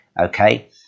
Okay